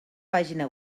pàgina